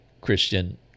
Christian